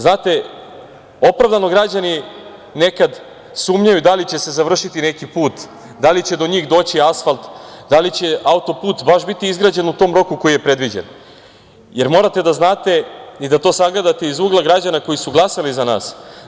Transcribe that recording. Znate, opravdano građani nekad sumnjaju da li će se završiti neki put, da li će do njih doći asfalt, da li će auto-put baš biti izgrađen u tom roku koji je predviđen, jer morate da znate i da to sagledate iz ugla građana koji su glasali za nas.